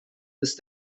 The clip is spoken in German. ist